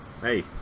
Hey